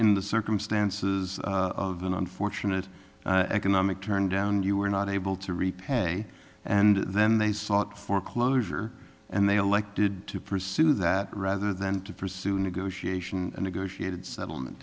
in the circumstances of an unfortunate an economic turndown you were not able to repay and then they sought foreclosure and they elected to pursue that rather than to pursue negotiation a negotiated settlement